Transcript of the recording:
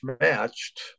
matched